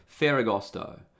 Ferragosto